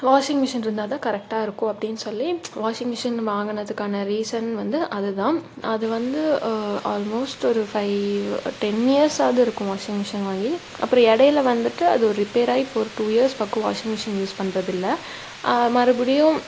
washing machine இருந்தால் தான் கரெக்ட்டாக இருக்கும் அப்படினு சொல்லி வாஷிங் மிஷின் வாங்கினதுக்கான ரீசன் வந்து அது தான் அது வந்து ஆல்மோஸ்ட் ஒரு ஃபைவ் டென் இயர்ஸாவது இருக்கும் வாஷிங் மிஷின் வாங்கி அப்புறம் இடையில் வந்துட்டு அது ரிப்பேராகி இப்போ ஒரு டூ இயர்ஸ் பக்கம் வாஷிங் மிஷின் யூஸ் பண்ணுறது இல்லை மறுபடியும்